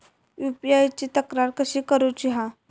UPI ची तक्रार कशी करुची हा?